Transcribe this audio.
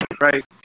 Right